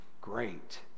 great